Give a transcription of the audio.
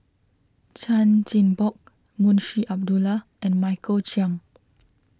Chan Chin Bock Munshi Abdullah and Michael Chiang